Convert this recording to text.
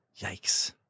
Yikes